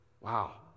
Wow